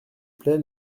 plaît